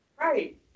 right